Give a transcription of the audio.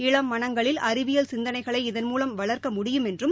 இளம் மனங்களில் அறிவியல் சிந்தனைகளை இதன்மூலம் வளர்க்க முடியும் என்றும்